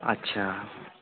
اچھا